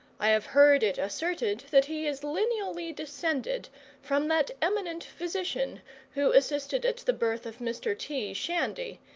i have heard it asserted that he is lineally descended from that eminent physician who assisted at the birth of mr t. shandy,